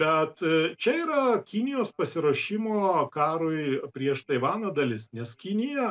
bet čia yra kinijos pasiruošimo karui prieš taivaną dalis nes kinija